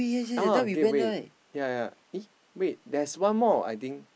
oh Gateway yea yea eh wait there's one more I think